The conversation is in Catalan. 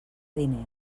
diners